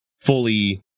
Fully